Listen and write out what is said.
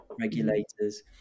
regulators